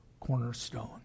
Cornerstone